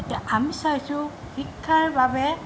এতিয়া আমি চাইছোঁ শিক্ষাৰ বাবে